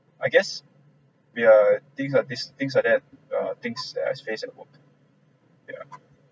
I guess we are things are this things like that err things that I has face at work yeah